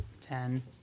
Ten